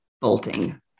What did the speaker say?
bolting